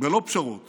בלא פשרות